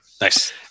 Nice